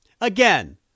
Again